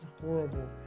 horrible